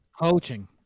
Coaching